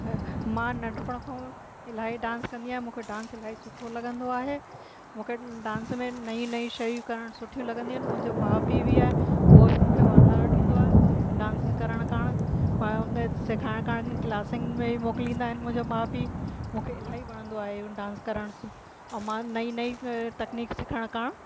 मां नंढपिण खां इलाही डांस कंदी आहियां मूंखे डांस इलाही सुठो लॻंदो आहे मूंखे डांस में नयी नयी शयूं करण सुठी लॻंदियूं आहिनि मुंहिंजे माउ पीउ बि आहे उहो मूंखे वाधारो ॾींदो आहे डांस करण खां सेखारण करण जी क्लासिन में बि मोकलींदा आहिनि मुंहिंजा माउ पीउ मूंखे इलाही वणंदो आहे डांस करण और मां नयी नयी टेक्नीक सिखण खां